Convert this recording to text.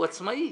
הוא עצמאי.